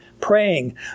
praying